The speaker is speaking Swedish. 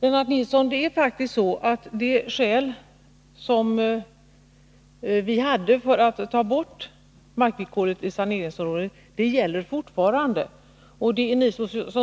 Herr talman! Det är faktiskt så, Lennart Nilsson, att det skäl som vi hade för att ta bort markvillkoret i saneringsområden fortfarande gäller, och det är ni